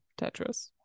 tetris